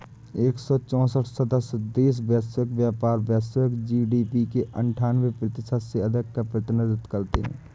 एक सौ चौसठ सदस्य देश वैश्विक व्यापार, वैश्विक जी.डी.पी के अन्ठान्वे प्रतिशत से अधिक का प्रतिनिधित्व करते हैं